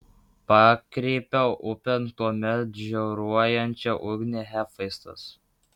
pakreipė upėn tuomet žioruojančią ugnį hefaistas